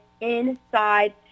inside